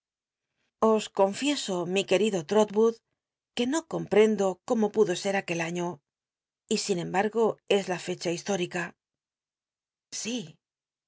confieso mi uerido ri'olii'ood ue no comprendo cómo pudo scl aquel aíio y sin embargo es la fccba hislúlica sí